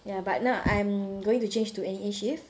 ya but now I'm going to change to N_E_A shift